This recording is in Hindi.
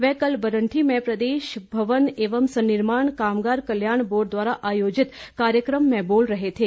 वे कल बरठी में प्रदेश भवन एवं सन्निर्माण कामगार कल्याण बोर्ड द्वारा आयोजित कार्यक्रम में बोल रहे थे